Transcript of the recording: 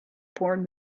porn